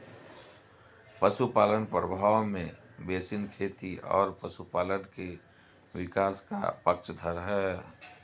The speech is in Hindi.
पशुपालन प्रभाव में बेसिन खेती और पशुपालन के विकास का पक्षधर है